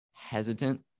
Hesitant